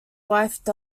first